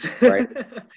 Right